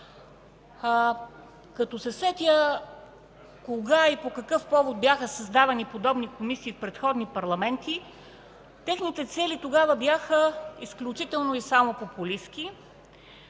Като се сетя кога и по какъв повод бяха създавани подобни комисии в предходни парламенти, техните цели тогава бяха изключително и само популистки,